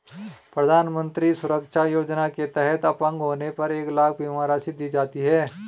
प्रधानमंत्री सुरक्षा योजना के तहत अपंग होने पर एक लाख बीमा राशि दी जाती है